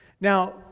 Now